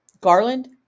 Garland